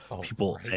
people